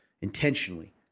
intentionally